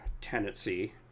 tenancy